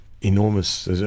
enormous